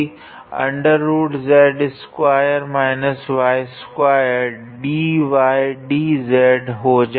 तो यह हो जाएगा